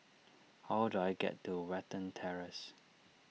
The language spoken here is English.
how do I get to Watten Terrace